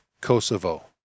Kosovo